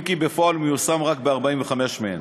אם כי בפועל הוא מיושם רק ב-45 מהן.